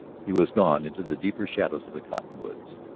he was gone into the deeper shadows of the cottonwoods.